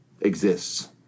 exists